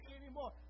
anymore